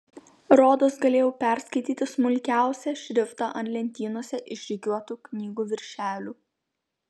rodos galėjau perskaityti smulkiausią šriftą ant lentynose išrikiuotų knygų viršelių